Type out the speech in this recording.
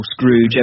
Scrooge